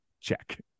check